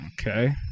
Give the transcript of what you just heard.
Okay